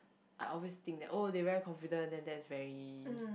I always think that oh they very confident then that's very